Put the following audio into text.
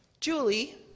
Julie